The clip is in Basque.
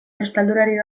estaldurarik